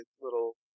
little